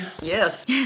Yes